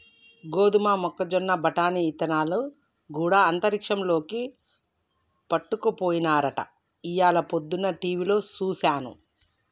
గోదమ మొక్కజొన్న బఠానీ ఇత్తనాలు గూడా అంతరిక్షంలోకి పట్టుకపోయినారట ఇయ్యాల పొద్దన టీవిలో సూసాను